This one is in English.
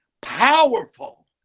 Powerful